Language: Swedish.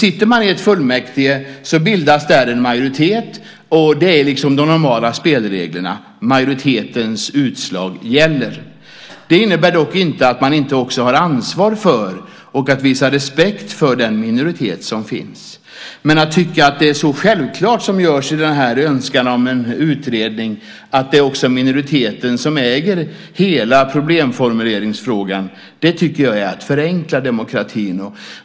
I fullmäktige bildar man en majoritet, och de normala demokratiska spelreglerna är att majoritetens utslag gäller. Det innebär dock inte att man inte ska visa respekt för den minoritet som finns. Men om man säger att det självklart är minoriteten som äger hela problemformuleringsrätten, som man gör i denna önskan om en utredning, tycker jag att man förenklar detta med demokratin för mycket.